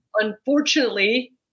unfortunately